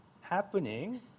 happening